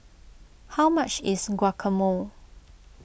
how much is Guacamole